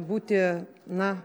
būti na